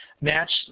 match